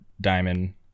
Diamond